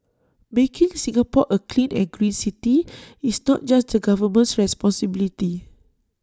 making Singapore A clean and green city is not just the government's responsibility